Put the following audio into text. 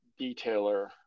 detailer